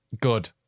Good